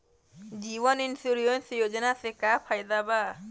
जीवन insurance योजना से का फायदा बा?